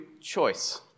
choice